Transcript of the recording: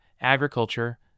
Agriculture